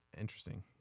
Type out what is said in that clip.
Interesting